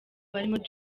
barimo